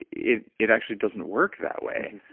it it actually doesn't work that way.